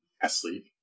asleep